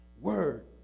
Word